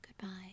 goodbye